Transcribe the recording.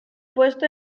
puesto